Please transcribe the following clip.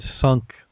sunk